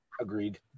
agreed